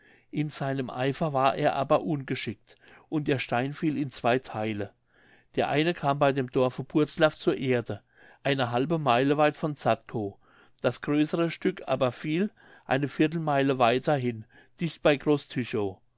in seinem eifer war er aber ungeschickt und der stein fiel in zwei theile der eine kam bei dem dorfe butzlaff zur erde eine halbe meile weit von zadkow das größere stück aber fiel eine viertelmeile weiter hin dicht bei